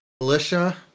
militia